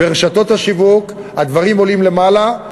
ברשתות השיווק המחירים עולים למעלה,